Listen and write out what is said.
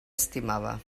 estimava